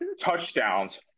touchdowns